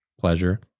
pleasure